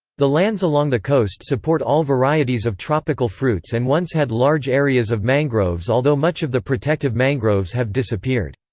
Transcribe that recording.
the lands along the coast support all varieties of tropical fruits and once had large areas of mangroves although much of the protective mangroves have disappeared.